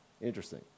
Interesting